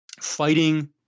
fighting